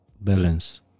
balance